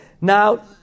Now